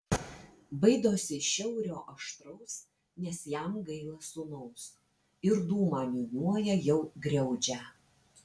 baidosi šiaurio aštraus nes jam gaila sūnaus ir dūmą niūniuoja jau griaudžią